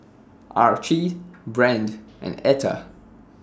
Archie Brandt and Etta